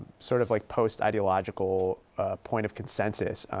sort of like post-ideological point of consensus.